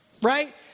Right